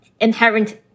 inherent